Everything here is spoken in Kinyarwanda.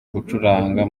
gucuranga